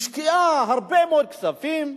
השקיעו הרבה מאוד כספים,